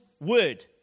word